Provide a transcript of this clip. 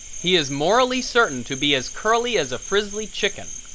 he is morally certain to be as curly as a frizzly chicken,